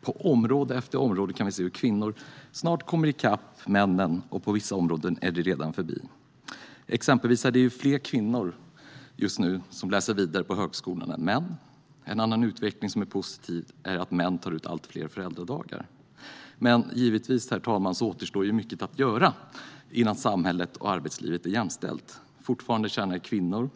På område efter område kan vi se hur kvinnor snart kommer i kapp männen, och på vissa områden är de redan förbi. Exempelvis är det fler kvinnor än män som just nu läser vidare på högskolan. En annan utveckling som är positiv är att män tar ut allt fler föräldradagar. Herr talman! Givetvis återstår det mycket att göra innan samhället och arbetslivet är jämställt. Fortfarande tjänar kvinnor